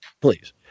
Please